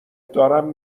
دارم